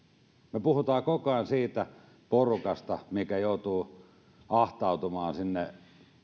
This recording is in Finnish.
me puhumme koko ajan siitä porukasta mikä joutuu ahtautumaan sinne